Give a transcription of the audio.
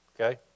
okay